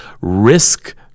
risk